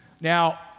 Now